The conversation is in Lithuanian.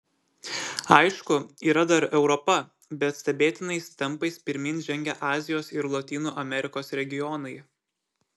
aišku yra dar europa bet stebėtinais tempais pirmyn žengia azijos ir lotynų amerikos regionai